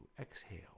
Exhale